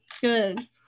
good